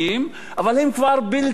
אבל הם כבר בלתי נמנעים.